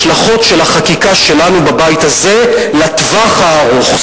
השלכות של החקיקה שלנו בבית הזה לטווח הארוך.